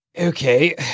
Okay